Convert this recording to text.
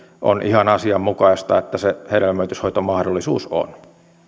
on ihan asianmukaista että se hedelmöityshoitomahdollisuus on